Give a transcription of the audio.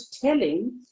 telling